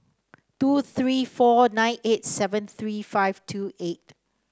two three four nine eight seven three five two eight